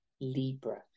Libra